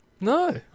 No